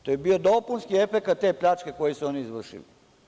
To je bio dopunski efekat te pljačke koju su oni izvršili.